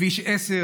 כביש 10,